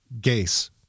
Gays